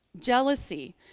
Jealousy